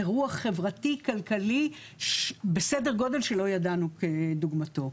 אירוע חברתי כלכלי בסדר גודל שלא ידענו כדוגמתו.